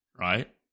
right